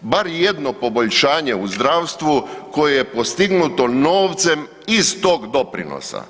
bar jedno poboljšanje u zdravstvu koje je postignuto novcem iz tog doprinosa.